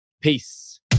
Peace